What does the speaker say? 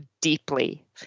deeply